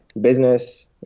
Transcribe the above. business